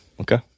okay